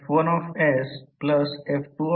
Refer Slide Time 14